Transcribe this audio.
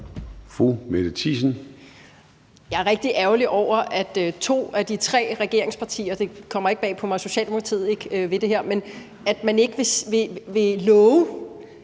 Mette Thiesen (UFG): Jeg er rigtig ærgerlig over, at to af de tre regeringspartier – det kommer ikke bag på mig, at Socialdemokratiet ikke vil det her – ikke vil love,